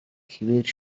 хэвээр